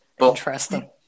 Interesting